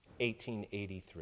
1883